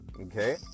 okay